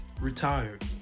Retired